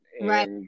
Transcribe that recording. Right